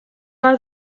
are